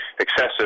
excessive